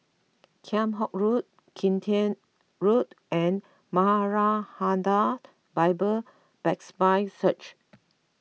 Kheam Hock Road Kian Teck Road and Maranatha Bible Presby Church